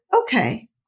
okay